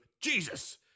Jesus